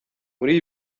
muri